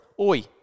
Oi